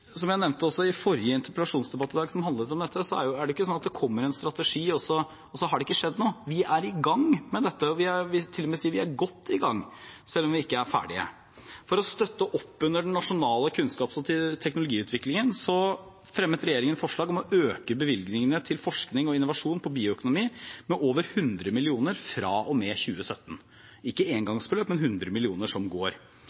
Som jeg nevnte også i forrige interpellasjonsdebatt i dag som handlet om dette, er det ikke sånn at det kommer en strategi, og så har det ikke skjedd noe. Vi er i gang med dette, og jeg vil til og med si at vi er godt i gang, selv om vi ikke er ferdig. For å støtte opp under den nasjonale kunnskaps- og teknologiutviklingen fremmet regjeringen forslag om å øke bevilgningene til forskning og innovasjon på bioøkonomi med over 100 mill. kr fra og med 2017 – ikke